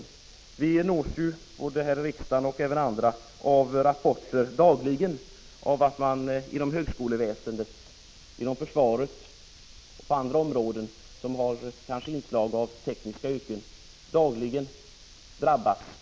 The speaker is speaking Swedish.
Såväl vi här i riksdagen som andra nås ju dagligen av rapporter om att man inom högskoleväsendet, inom försvaret och på andra områden, där det kan finnas inslag från tekniska yrken, drabbats av problem.